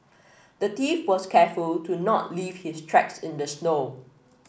the thief was careful to not leave his tracks in the snow